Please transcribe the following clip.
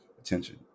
attention